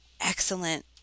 excellent